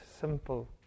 simple